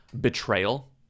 betrayal